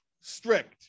strict